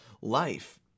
life